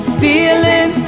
feeling